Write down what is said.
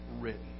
written